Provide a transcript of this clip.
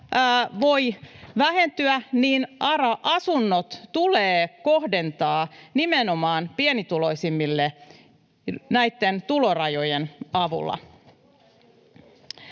voi vähentyä, niin ARA-asunnot tulee kohdentaa nimenomaan pienituloisimmille näitten tulorajojen avulla.